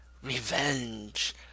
Revenge